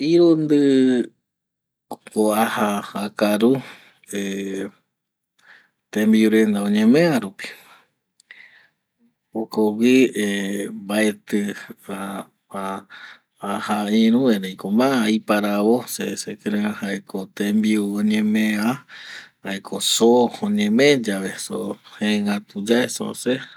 Irundi ko aja akaru tembiu renda oñeme va rupi, jokogüi ˂hesitation˃ mbaeti va aja iru erei ko ma aiparavo jae se sekirei aja jaeko tembiu oñeme va jaeko zo oñeme yave zo jegätu yae zo seve.